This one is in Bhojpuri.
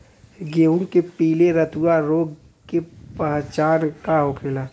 गेहूँ में पिले रतुआ रोग के पहचान का होखेला?